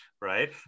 Right